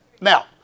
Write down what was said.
Now